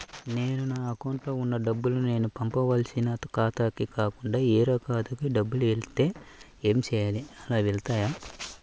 నేను నా అకౌంట్లో వున్న డబ్బులు నేను పంపవలసిన ఖాతాకి కాకుండా వేరే ఖాతాకు డబ్బులు వెళ్తే ఏంచేయాలి? అలా వెళ్తాయా?